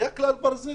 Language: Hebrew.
היה כלל ברזל.